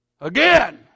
Again